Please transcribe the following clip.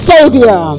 Savior